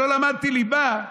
שלא למדתי ליבה,